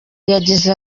yagize